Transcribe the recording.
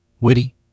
witty